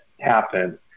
happen